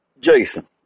Jason